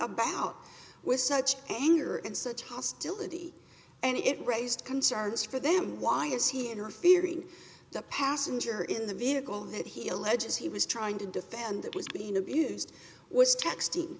about with such anger and such costs ality and it raised concerns for them why is he interfering the passenger in the vehicle that he alleges he was trying to defend that was being abused was texting